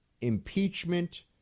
impeachment